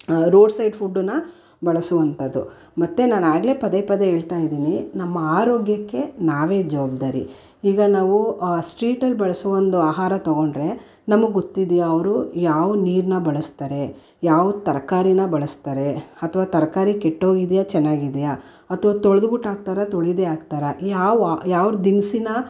roadside ಫುಡ್ಡನ್ನು ಬಳಸುವಂಥದು ಮತ್ತು ನಾನು ಆಗಲೇ ಪದೇ ಪದೇ ಹೇಳ್ತಾಯಿದೀನಿ ನಮ್ಮ ಆರೋಗ್ಯಕ್ಕೆ ನಾವೇ ಜವಾಬ್ದಾರಿ ಈಗ ನಾವು ಸ್ಟ್ರೀಟಲ್ಲಿ ಬಳಸೋ ಒಂದು ಆಹಾರ ತಗೋಂಡ್ರೆ ನಮಗೆ ಗೊತ್ತಿದೆಯಾ ಅವರು ಯಾವ ನೀರನ್ನು ಬಳಸ್ತಾರೆ ಯಾವ ತರಕಾರಿನ ಬಳಸ್ತಾರೆ ಅಥ್ವಾ ತರಕಾರಿ ಕೆಟ್ಟೋಗಿದೆಯಾ ಚೆನ್ನಾಗಿದೆಯಾ ಅಥ್ವಾ ತೊಳೆದ್ಬಿಟ್ಟು ಹಾಕ್ತಾರ ತೊಳೀದೇ ಹಾಕ್ತಾರ ಯಾವ ವಾ ಯಾವ ದಿನಸೀನ